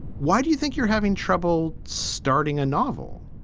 why do you think you're having trouble starting a novel?